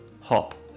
hop